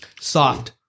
Soft